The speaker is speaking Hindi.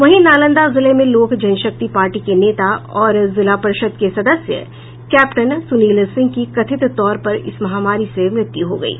वहीं नालंदा जिले में लोक जनशक्ति पार्टी के नेता और जिला परिषद के सदस्य कैप्टन सुनील सिंह की कथित तौर पर इस महामारी से मृत्यु हो गयी